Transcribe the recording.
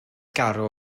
garw